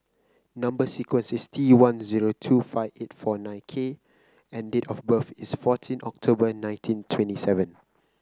number sequence is T one zero two five eight four nine K and date of birth is fourteen October nineteen twenty seven